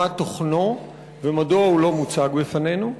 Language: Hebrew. מה תוכנו ומדוע הוא לא מוצג בפנינו?